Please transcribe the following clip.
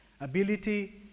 ability